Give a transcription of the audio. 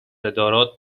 ادارات